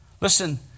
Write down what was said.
Listen